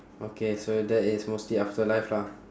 okay so that is mostly afterlife lah